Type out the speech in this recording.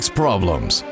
problems